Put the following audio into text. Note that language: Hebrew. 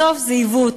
בסוף זה עיוות,